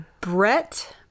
Brett